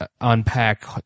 unpack